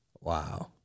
Wow